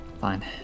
Fine